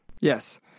Yes